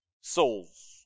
souls